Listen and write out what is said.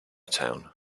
town